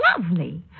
lovely